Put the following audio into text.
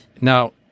Now